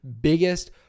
biggest